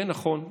כן, נכון,